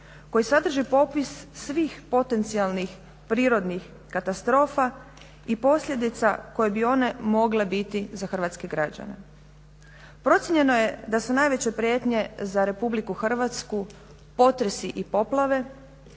koji sadrži popis svih potencijalnih prirodnih katastrofa i posljedica koje bi one mogle biti za hrvatske građane. Procijenjeno je da su najveće prijetnje za Republiku Hrvatsku potresi i poplave,